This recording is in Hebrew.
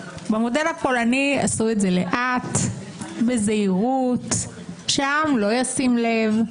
בו עשו את זה לאט, בזהירות, שהעם לא ישים לב.